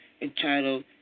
entitled